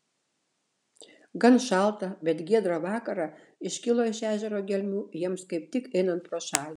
gan šaltą bet giedrą vakarą iškilo iš ežero gelmių jiems kaip tik einant pro šalį